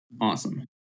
Awesome